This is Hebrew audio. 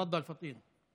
תפדל, פטין.